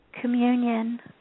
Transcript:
communion